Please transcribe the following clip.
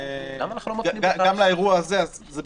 למה עלי להתחיל עכשיו את כל הצו הזה,